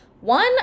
One